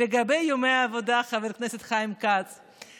לגבי ימי העבודה, חבר הכנסת חיים כץ,